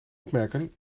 opmerken